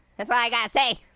that's all i got to say.